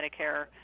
Medicare